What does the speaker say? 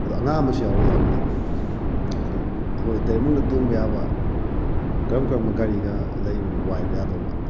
ꯑꯗꯣ ꯑꯉꯥꯡ ꯑꯃꯁꯨ ꯌꯥꯎꯔꯤ ꯌꯥꯎꯕꯨꯗꯤ ꯑꯗꯣ ꯑꯩꯈꯣꯏ ꯇꯔꯦꯠꯃꯨꯛꯅ ꯇꯣꯡꯕ ꯌꯥꯕ ꯀꯔꯝ ꯀꯔꯝꯕ ꯒꯥꯔꯤꯒ ꯂꯩꯕꯅꯣ ꯋꯥꯏꯕ ꯌꯥꯗꯧꯕ